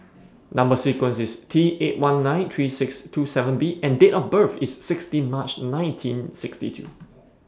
Number sequence IS T eight one nine three six two seven B and Date of birth IS sixteen March nineteen sixty two